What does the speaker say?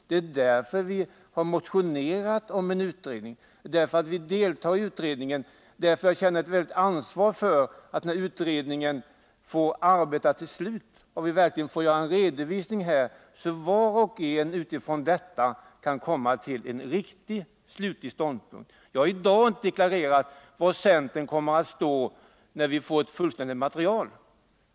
Det är därför vi har motionerat om en utredning, det är därför vi deltar i denna utredning och känner ett stort ansvar för att utredningen får arbeta till slut, så att vi verkligen får göra en redovisning utifrån vilken var och en kan ta slutlig ståndpunkt. Jag har i dag inte deklarerat var centern kommer att stå när vi får fullständigt material.